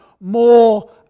more